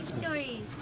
stories